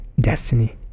destiny